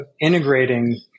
integrating